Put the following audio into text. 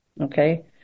okay